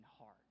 heart